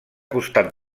costat